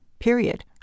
Period